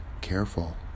careful